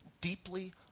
deeply